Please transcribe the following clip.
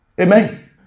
Amen